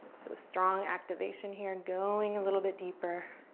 so strong activation here, going a little bit deeper,